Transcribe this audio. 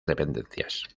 dependencias